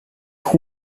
who